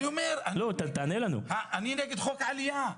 אני נגד חוק העלייה.